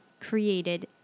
created